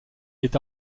est